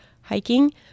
hiking